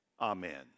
Amen